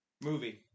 Movie